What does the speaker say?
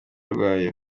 rwayo